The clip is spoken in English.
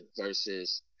versus